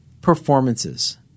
performances